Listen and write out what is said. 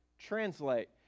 translate